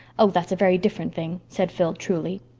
oh, that's a very different thing, said phil, truly.